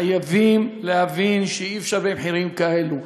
חייבים להבין שאי-אפשר במחירים כאלה.